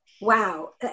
Wow